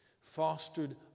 fostered